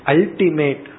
Ultimate